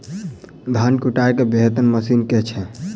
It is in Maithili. धान कुटय केँ बेहतर मशीन केँ छै?